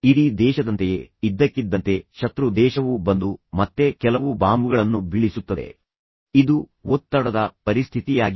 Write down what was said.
ಇಡೀ ದೇಶದಂತೆಯೇ ಇದ್ದಕ್ಕಿದ್ದಂತೆ ಶತ್ರು ದೇಶವು ಬಂದು ಮತ್ತೆ ಕೆಲವು ಬಾಂಬ್ಗಳನ್ನು ಬೀಳಿಸುತ್ತದೆ ಇದು ಒತ್ತಡದ ಪರಿಸ್ಥಿತಿಯಾಗಿದೆ